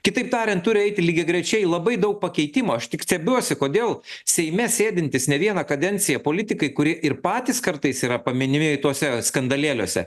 kitaip tariant turi eiti lygiagrečiai labai daug pakeitimų aš tik stebiuosi kodėl seime sėdintys ne vieną kadenciją politikai kuri ir patys kartais yra paminimi tuose skandalėliuose